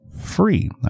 free